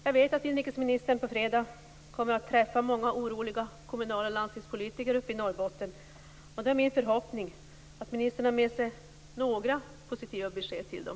Jag vet att inrikesministern på fredag kommer att träffa många oroliga kommunal och landstingspolitiker uppe i Norrbotten. Det är min förhoppning att ministern har med sig några positiva besked till dem.